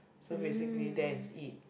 so basically that is it